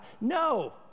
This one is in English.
No